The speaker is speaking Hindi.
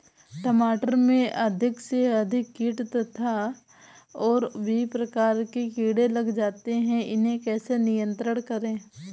टमाटर में अधिक से अधिक कीट तथा और भी प्रकार के कीड़े लग जाते हैं इन्हें कैसे नियंत्रण करें?